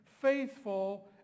faithful